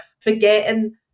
forgetting